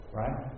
right